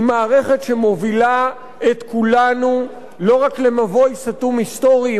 היא מערכת שמובילה את כולנו לא רק למבוי סתום היסטורי,